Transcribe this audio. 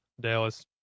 dallas